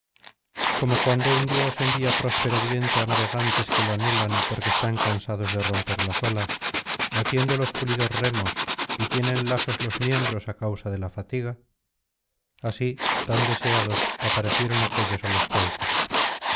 como cuando un dios envía próspero viento á navegantes que lo anhelan porque están cansados de romper las olas batiendo los pulidos remos y tienen lasos los miembros á causa de la fatiga así tan deseados aparecieron aquéllos á los teucros